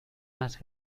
más